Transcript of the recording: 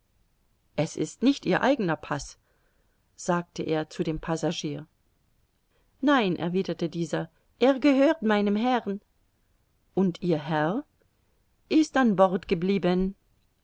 es ist nicht ihr eigener paß sagte er zu dem passagier nein erwiderte dieser er gehört meinem herrn und ihr herr ist an bord geblieben